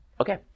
Okay